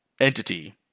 entity